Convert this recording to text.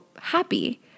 happy